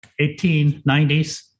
1890s